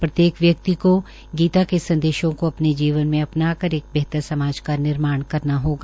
प्रत्येक व्यक्ति को गीता के संदेशों को अपने जीवन मे अपनाकर एक बेहतर समाज का निर्माण करना होगा